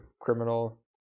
criminal